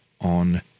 on